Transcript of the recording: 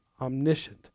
omniscient